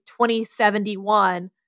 2071